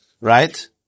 Right